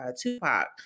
Tupac